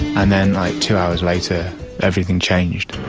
and then like two hours later everything changed.